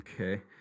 Okay